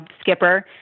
skipper